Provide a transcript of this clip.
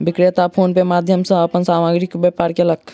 विक्रेता फ़ोन पे के माध्यम सॅ अपन सामग्रीक व्यापार कयलक